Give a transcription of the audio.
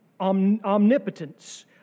omnipotence